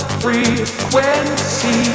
frequency